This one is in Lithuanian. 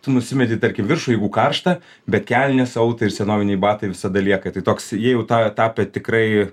tu nusimeti tarkim viršų jeigu karšta bet kelnės autai ir senoviniai batai visada lieka tai toks jie jau tą tapę tikrai